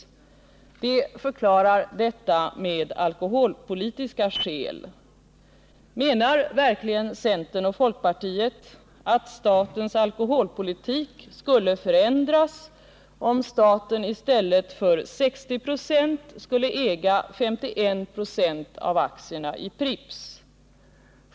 De förklarar detta med alkoholpolitiska argument. Menar verkligen centern och folkpartiet att statens alkoholpolitik skulle förändras, om staten i stället för 60 96 skulle äga 51 96 av aktierna i Pripps?